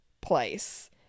place